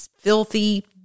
filthy